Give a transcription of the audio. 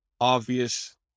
obvious